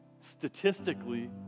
Statistically